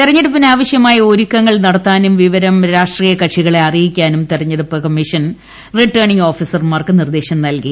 തിരഞ്ഞെടുപ്പിന് ആവശ്യമായ ഒരുക്കങ്ങൾ നടത്താനും വിവരം രാഷ്ട്രീയ കക്ഷികളെ അറിയിക്കാനും തിരഞ്ഞെടുപ്പ് കമ്മീഷൻ റിട്ടേണിംഗ് ഓഫീസർമാർക്ക് നിർദ്ദേശം നൽകി